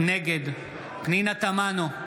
נגד פנינה תמנו,